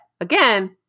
again